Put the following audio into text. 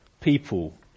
people